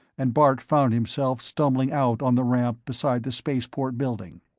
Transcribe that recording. and bart found himself stumbling out on the ramp beside the spaceport building.